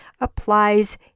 applies